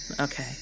okay